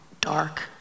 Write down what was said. dark